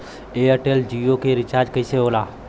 Airtel Jio के recharge कैसे होला?